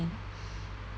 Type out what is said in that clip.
me